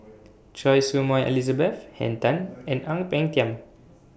Choy Su Moi Elizabeth Henn Tan and Ang Peng Tiam